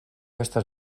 estas